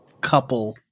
couple